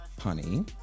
honey